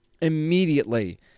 immediately